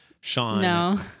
Sean